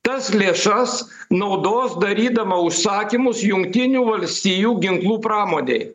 tas lėšas naudos darydama užsakymus jungtinių valstijų ginklų pramonėj